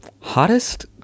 Hottest